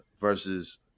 versus